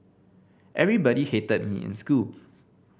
everybody hated me in school